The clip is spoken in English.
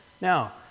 Now